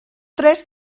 tres